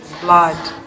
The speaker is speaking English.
blood